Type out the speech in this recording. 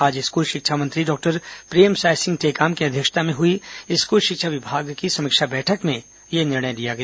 आज स्कूल शिक्षा मंत्री डॉक्टर प्रेमसाय सिंह टेकाम की अध्यक्षता में हुई स्कूल शिक्षा विभाग की समीक्षा बैठक में यह निर्णय लिया गया